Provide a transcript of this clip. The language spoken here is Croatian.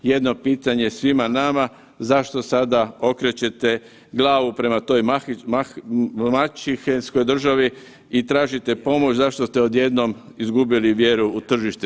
Jedno pitanje svima nama, zašto sada okrećete glavu prema toj maćehinskoj državi i tražite pomoć, zašto ste od jednom izgubili vjeru u tržište?